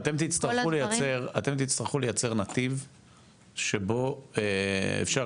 כל הדברים --- אתם תצטרכו לייצר נתיב שבו אפשר